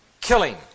Killing